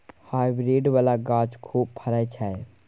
hybrid बला गाछ खूब फरइ छै